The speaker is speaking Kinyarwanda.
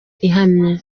ihamye